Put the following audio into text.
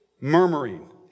murmuring